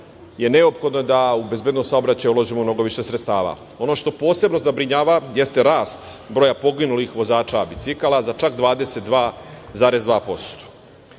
je neophodno da u bezbednost saobraćaja uložimo mnogo više sredstava. Ono što posebno zabrinjava jeste rast broja poginulih vozača bicikala za čak 22,2%.Što